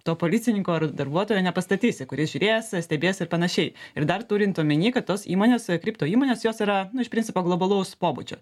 to policininko ar darbuotojo nepastatysi kuris žiūrės stebės ir panašiai ir dar turint omeny kad tos įmonės kripto įmonės jos yra iš principo globalaus pobūdžio